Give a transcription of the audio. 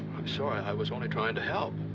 i'm sorry. i was only trying to help.